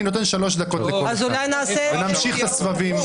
אני נותן שלוש דקות לכל אחד ונמשיך את הסבבים.